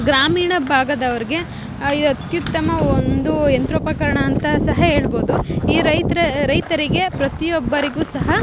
ಗ್ರಾಮೀಣ ಭಾಗದವ್ರಿಗೆ ಇದು ಅತ್ಯುತ್ತಮ ಒಂದು ಯಂತ್ರೋಪಕರಣ ಅಂತ ಸಹ ಹೇಳ್ಬೌದು ಈ ರೈತ್ರ ರೈತರಿಗೆ ಪ್ರತಿಯೊಬ್ಬರಿಗೂ ಸಹ